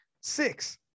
six